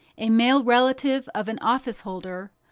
a male relative of an office-holder,